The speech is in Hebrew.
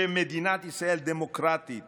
שמדינת ישראל דמוקרטית